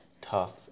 tough